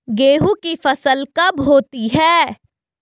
गेहूँ की फसल कब होती है?